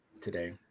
today